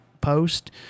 post